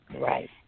Right